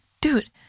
dude